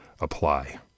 apply